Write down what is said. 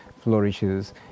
flourishes